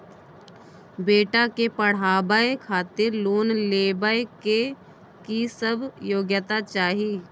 बेटा के पढाबै खातिर लोन लेबै के की सब योग्यता चाही?